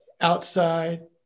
outside